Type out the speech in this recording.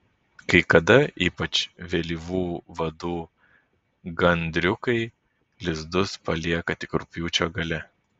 kai kada ypač vėlyvų vadų gandriukai lizdus palieka tik rugpjūčio gale